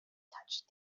touched